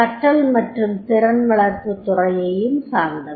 கற்றல் மற்றும் திறன் வளர்ப்புத் துறையையும் சார்ந்தவை